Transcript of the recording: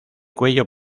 cuello